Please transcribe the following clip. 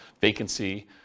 vacancy